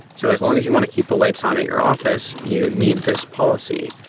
so as long as you want to keep the lights on at your office, you need this policy,